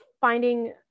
finding